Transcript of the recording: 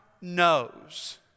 knows